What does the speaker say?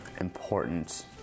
important